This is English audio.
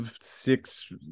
six